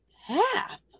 half